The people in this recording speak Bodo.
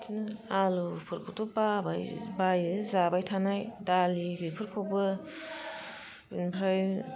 बिदिनो आलुफोरखौथ' बाबाय बायो जाबाय थानाय दालि बेफोरखौबो ओमफ्राय